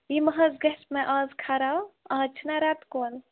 یِمہٕ حظ گژھِ مےٚ اَز خراب اَز چھُِنا رٮ۪تہٕ کول